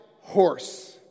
horse